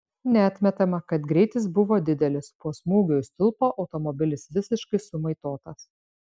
neatmetama kad greitis buvo didelis po smūgio į stulpą automobilis visiškai sumaitotas